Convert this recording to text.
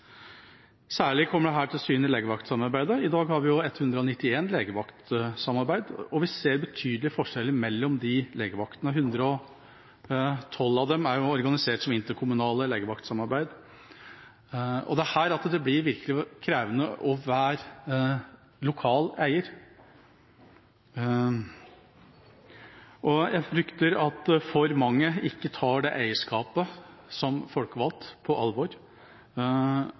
Særlig kommer dette til syne i legevaktsamarbeidet, i dag har vi 191 legevaktsamarbeid, og vi ser betydelige forskjeller mellom disse legevaktene. 112 av dem er organisert som interkommunale legevaktsamarbeid. Det er her det virkelig blir krevende å være lokal eier. Jeg frykter at for mange ikke tar det eierskapet som folkevalgt på alvor,